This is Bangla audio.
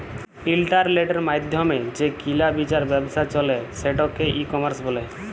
ইলটারলেটের মাইধ্যমে যে কিলা বিচার ব্যাবছা চলে সেটকে ই কমার্স ব্যলে